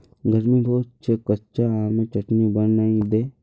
गर्मी बहुत छेक कच्चा आमेर चटनी बनइ दे